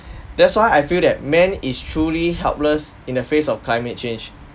that's why I feel that men is truly helpless in the face of climate change